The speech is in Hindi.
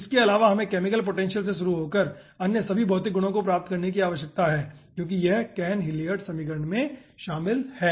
इसके अलावा हमें केमिकल पोटेंशियल से शुरू होकर अन्य सभी भौतिक गुणों को प्राप्त करने की आवश्यकता है क्योंकि यह कैन हिलियर्ड समीकरण में शामिल है